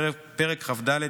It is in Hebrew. פרק כ"ד,